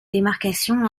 démarcation